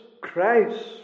Christ